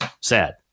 Sad